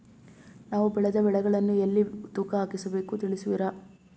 ನಾವು ಬೆಳೆದ ಬೆಳೆಗಳನ್ನು ಎಲ್ಲಿ ತೂಕ ಹಾಕಿಸಬೇಕು ತಿಳಿಸುವಿರಾ?